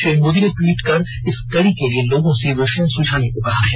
श्री मोदी ने टवीट कर इस कडी के लिए लोगों से विषय सुझाने को कहा है